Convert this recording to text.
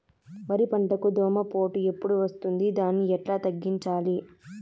వరి పంటకు దోమపోటు ఎప్పుడు వస్తుంది దాన్ని ఎట్లా తగ్గించాలి?